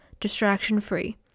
distraction-free